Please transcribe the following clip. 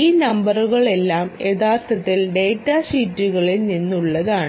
ഈ നമ്പറുകളെല്ലാം യഥാർത്ഥത്തിൽ ഡാറ്റ ഷീറ്റുകളിൽ നിന്നുള്ളതാണ്